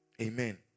Amen